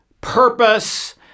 purpose